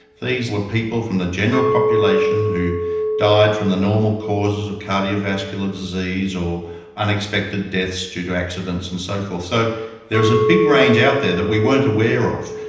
these were people from the general population who died from the normal causes of cardiovascular disease or unexpected deaths due to accidents and so forth. so there was a big range out there that we weren't aware of,